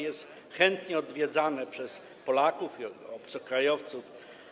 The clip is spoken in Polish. Jest chętnie odwiedzane przez Polaków i obcokrajowców.